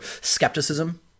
skepticism